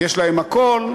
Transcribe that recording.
יש להם הכול,